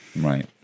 right